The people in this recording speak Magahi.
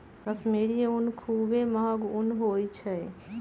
कश्मीरी ऊन खुब्बे महग ऊन होइ छइ